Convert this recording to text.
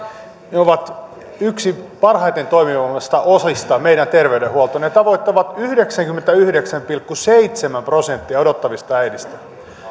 ovat yksi parhaiten toimivista osista meidän terveydenhuoltoa ne tavoittavat yhdeksänkymmentäyhdeksän pilkku seitsemän prosenttia odottavista äideistä